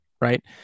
right